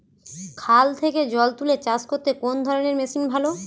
খাল থেকে জল তুলে চাষ করতে কোন ধরনের মেশিন ভালো?